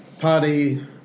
party